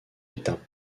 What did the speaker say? étape